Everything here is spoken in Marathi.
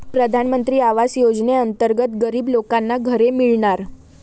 प्रधानमंत्री आवास योजनेअंतर्गत गरीब लोकांना घरे मिळणार